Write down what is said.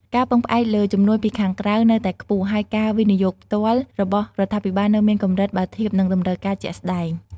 ការពឹងផ្អែកលើជំនួយពីខាងក្រៅនៅតែខ្ពស់ ហើយការវិនិយោគផ្ទាល់របស់រដ្ឋាភិបាលនៅមានកម្រិតបើធៀបនឹងតម្រូវការជាក់ស្តែង។